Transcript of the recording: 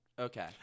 Okay